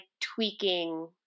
tweaking